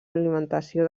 alimentació